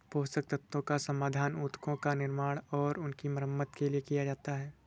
पोषक तत्वों का समाधान उत्तकों का निर्माण और उनकी मरम्मत के लिए किया जाता है